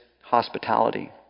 hospitality